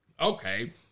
okay